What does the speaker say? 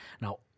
Now